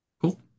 Cool